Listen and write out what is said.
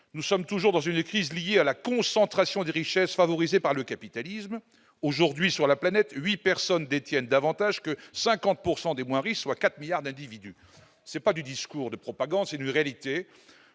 nous sommes toujours dans une crise liée à la concentration des richesses favorisée par le capitalisme aujourd'hui sur la planète 8 personnes détiennent davantage que 50 pourcent des moins riches, soit 4 milliards d'individus, c'est pas du discours de propagande, c'est une réalité,